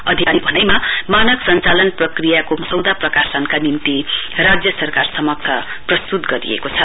अधिकारीको भाइमा मानक संचालन प्रक्रियाको मसौदा प्रकाशका निम्ति राज्य सरकार समक्ष प्रस्तुत गरिएको छ